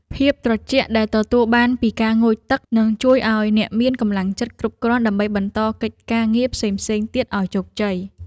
ភាពត្រជាក់ដែលទទួលបានពីការងូតទឹកនឹងជួយឱ្យអ្នកមានកម្លាំងចិត្តគ្រប់គ្រាន់ដើម្បីបន្តកិច្ចការងារផ្សេងៗទៀតឱ្យជោគជ័យ។